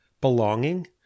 belonging